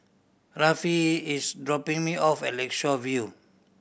Rafe is dropping me off at Lakeshore View